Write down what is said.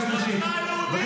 קריאה שלישית.